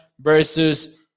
versus